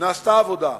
נעשתה עבודה,